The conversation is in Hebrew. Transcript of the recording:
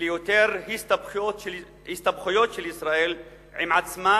וליותר הסתבכויות של ישראל עם עצמה,